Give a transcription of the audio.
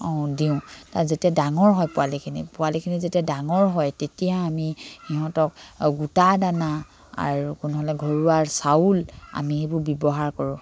অঁ দিওঁ তাত যেতিয়া ডাঙৰ হয় পোৱালিখিনি পোৱালিখিনি যেতিয়া ডাঙৰ হয় তেতিয়া আমি সিহঁতক গোটা দানা আৰু কোন হ'লে ঘৰুৱা চাউল আমি সেইবোৰ ব্যৱহাৰ কৰোঁ